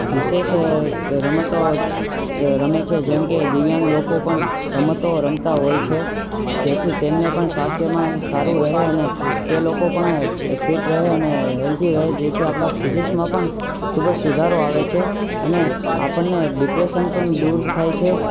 વિશેષ રમતો રમે છે જેમ કે દિવ્યાંગ લોકો પણ રમતો રમતા હોય છે જેથી તેમને પણ સ્વાસ્થ્યમાં સારું રહે અને એ લોકો પણ ફિટ રહે અને હેલ્થી રહે જેથી આપણા ફિઝિક્સમાં પણ ખૂબ જે સુધારો આવે છે અને આપણને ડિપ્રેશન પણ દૂર થાય છે